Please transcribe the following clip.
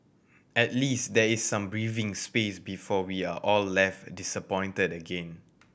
at least there is some breathing space before we are all left disappointed again